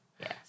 Yes